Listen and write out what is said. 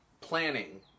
planning